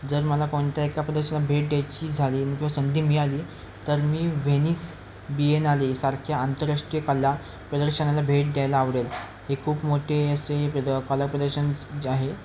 जर मला कोणत्या एका प्रदर्शनाला भेट द्यायची झाली मी किंवा संधी मिळाली तर मी व्हेनिस बिएनाली सारख्या आंतरराष्ट्रीय कला प्रदर्शनाला भेट द्यायला आवडेल हे खूप मोठे असे प्रद कला प्रदर्शन जे आहे